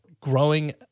growing